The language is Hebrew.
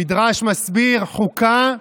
המדרש מסביר: חוקה,